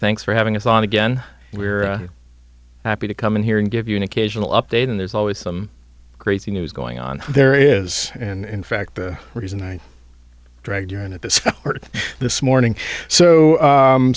thanks for having us on again we're happy to come in here and give you an occasional update and there's always some crazy news going on there is and in fact the reason i dragged your in at this this morning so